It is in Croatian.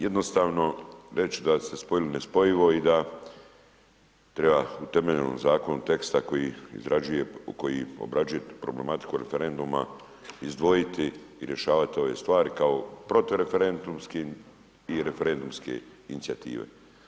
Jednostavno, reći da ste spojili nespojivo i da treba u temeljnom zakonu teksta koji obrađuje problematiku referenduma izdvojiti i rješavati ove stvari kao protureferendumskim i referendumske inicijative.